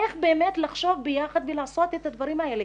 איך באמת לחשוב ביחד ולעשות את הדברים האלה.